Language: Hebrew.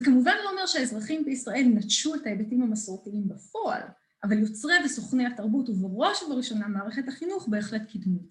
‫זה כמובן לא אומר שהאזרחים בישראל ‫נטשו את ההיבטים המסורתיים בפועל, ‫אבל יוצרי וסוכני התרבות ‫ובראש ובראשונה מערכת החינוך, בהחלט קידמו